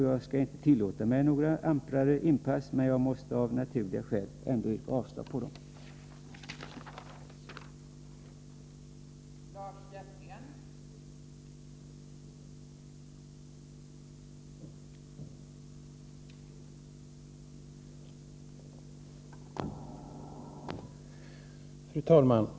Jag skall inte ge mig in på några amplare kommentarer, men jag måste av naturliga skäl ändå yrka avslag på dessa reservationer.